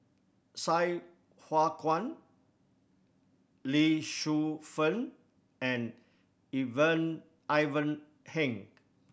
Sai Hua Kuan Lee Shu Fen and Even Ivan Heng